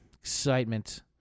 excitement